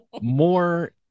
more